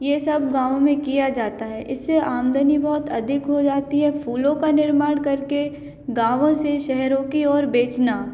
ये सब गाँवो में किया जाता है इससे आमदनी बहुत अधिक हो जाती है फूलों का निर्माण करके गाँवो से शेहरों की ओर बेचना